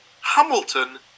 Hamilton